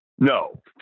No